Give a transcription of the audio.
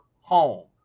home